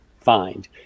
find